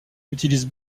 utilisent